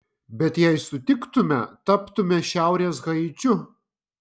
bet jei sutiktume taptume šiaurės haičiu